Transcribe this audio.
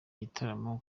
gitaramo